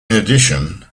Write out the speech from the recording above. addition